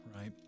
Right